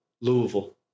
Louisville